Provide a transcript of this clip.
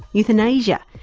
euthanasia,